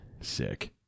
Sick